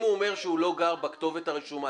אם הוא אומר שהוא לא גר בכתובת הרשומה